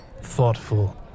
thoughtful